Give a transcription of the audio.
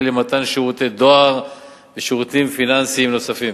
למתן שירותי דואר ושירותים נוספים.